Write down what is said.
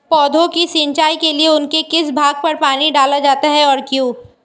पौधों की सिंचाई के लिए उनके किस भाग पर पानी डाला जाता है और क्यों?